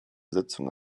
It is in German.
sitzung